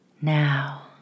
Now